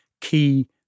key